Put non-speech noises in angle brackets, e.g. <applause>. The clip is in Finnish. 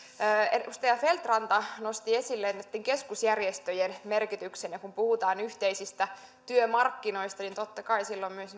edustaja feldt ranta nosti esille keskusjärjestöjen merkityksen ja kun puhutaan yhteisistä työmarkkinoista niin totta kai on myös <unintelligible>